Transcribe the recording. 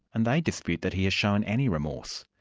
and they dispute that he has shown any remorse.